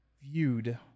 viewed